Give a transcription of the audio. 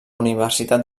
universitat